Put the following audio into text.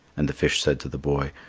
and the fish said to the boy,